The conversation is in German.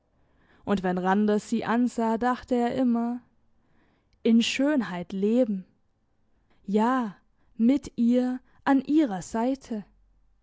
und wenn randers sie ansah dachte er immer in schönheit leben ja mit ihr an ihrer seite